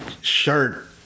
shirt